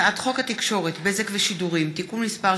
הצעת חוק התקשורת (בזק ושידורים) (תיקון מס'